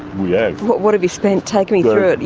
we have. what what have you spent? take me through it.